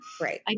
Right